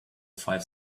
five